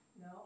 No